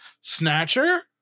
Snatcher